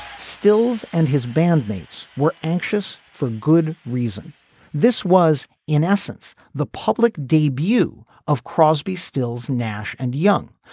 stills and his bandmates were anxious for good reason this was in essence the public debut of crosby stills nash and young.